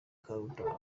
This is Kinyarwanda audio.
karuta